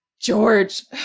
George